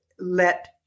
let